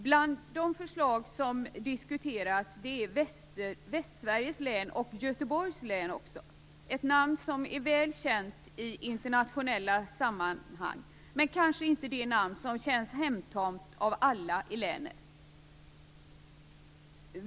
Bland de förslag som diskuterats är Västsveriges län och Göteborgs län - ett namn som är väl känt i internationella sammanhang, men kanske inte det namn som känns hemtamt för alla i länet.